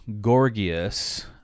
gorgias